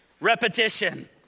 repetition